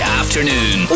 afternoon